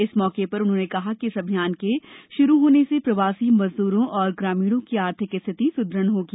इस मौके पर उन्होंने कहा कि इस अभियान के शुरू होने से प्रवासी मजदूरों और ग्रामीणों की आर्थिक स्थिति सुदृढ़ होगी